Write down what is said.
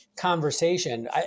conversation